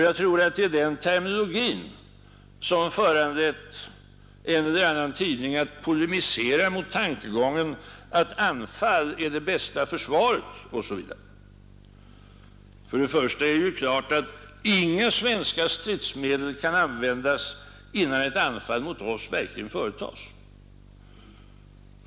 Jag tror att det är den terminologin som föranlett en eller annan tidning att polemisera mot tankegången att anfall är det bästa försvaret, osv. För det första är det klart att inga svenska stridsmedel kan användas innan ett anfall mot oss verkligen företas.